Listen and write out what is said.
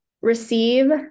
receive